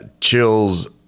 chills